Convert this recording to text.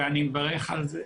ואני מברך על זה,